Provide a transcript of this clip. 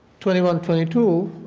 twenty one twenty two,